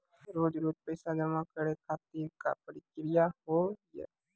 रोज रोज पैसा जमा करे खातिर का प्रक्रिया होव हेय?